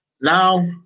Now